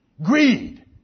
Greed